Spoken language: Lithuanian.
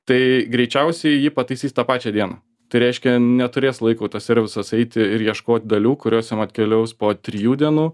tai greičiausiai jį pataisys tą pačią dieną tai reiškia neturės laiko tas servisas eiti ir ieškot dalių kurios jam atkeliaus po trijų dienų